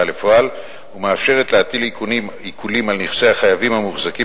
לפועל ומאפשרת להטיל עיקולים על נכסי החייבים המוחזקים